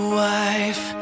wife